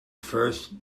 first